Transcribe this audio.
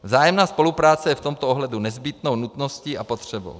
Vzájemná spolupráce je v tomto ohledu nezbytnou nutností a potřebou.